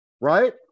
right